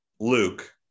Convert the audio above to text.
luke